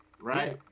right